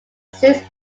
six